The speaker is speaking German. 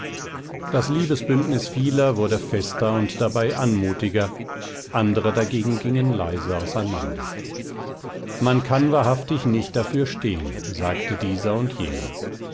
das liebesbündnis vieler wurde fester und dabei anmutiger andere dagegen gingen leise auseinander man kann wahrhaftig nicht dafür stehen sagte dieser und jener